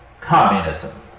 communism